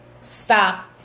stop